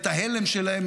את ההלם שלהם,